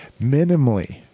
minimally